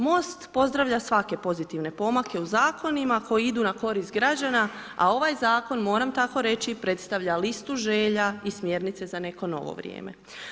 MOST pozdravlja svake pozitivne pomake u zakonima koji idu na korist građana a ovaj zakon moram tako reći, predstavlja listu želja i smjernice za neko novo vrijeme.